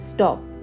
Stop